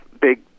big